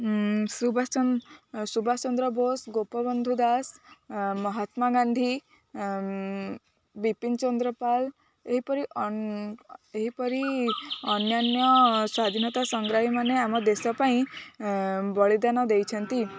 ସୁବାଷ ଚନ୍ଦ ସୁବାଷ ଚନ୍ଦ୍ର ବୋଷ ଗୋପବନ୍ଧୁ ଦାସ ମହାତ୍ମା ଗାନ୍ଧୀ ବିପିନ ଚନ୍ଦ୍ର ପାଲ ଏହିପରି ଏହିପରି ଅନ୍ୟାନ୍ୟ ସ୍ଵାଧୀନତା ସଂଗ୍ରାମୀମାନେ ଆମ ଦେଶ ପାଇଁ ବଳିଦାନ ଦେଇଛନ୍ତି